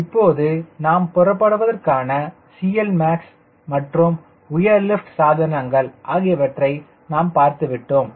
இப்போது நாம் புறப்படுவதற்கான CL max மற்றும் உயர் லிப்ட் சாதனங்கள் ஆகியவற்றை நாம் பார்த்துவிட்டோம்